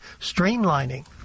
streamlining